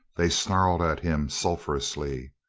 they snarled at him sulphurously.